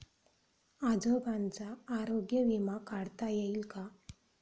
आजोबांचा आरोग्य विमा काढता येईल का?